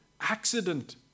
accident